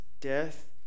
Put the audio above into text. death